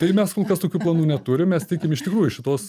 tai mes kol kas tokių planų neturim mes tikim iš tikrųjų šitos